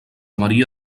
maria